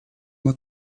uma